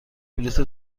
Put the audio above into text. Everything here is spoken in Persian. بلیط